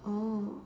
oh